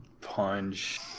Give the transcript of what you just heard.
punch